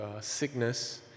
sickness